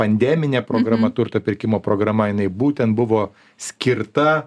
pandeminė programa turto pirkimo programa jinai būtent buvo skirta